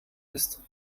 ist